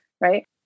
right